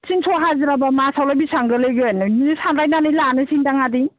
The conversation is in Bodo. टिनस' हाजिराबा मासावलाय बेसेबां गोग्लैगोन बिदि सानलायनानै लानोसैदां आदै